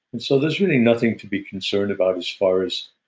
and so there's really nothing to be concerned about as far as.